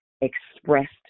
expressed